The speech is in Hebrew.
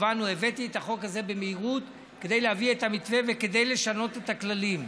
הבאתי את החוק הזה במהירות כדי להביא את המתווה וכדי לשנות את הכללים.